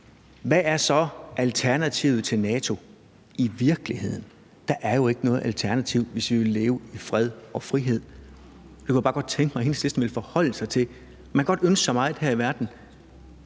hvad er så alternativet til NATO i virkeligheden? Der er jo ikke noget alternativ, hvis vi vil leve i fred og frihed. Det kunne jeg bare godt tænke mig at Enhedslisten ville forholde sig til. Man kan godt ønske sig meget her i verden,